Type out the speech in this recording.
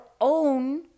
own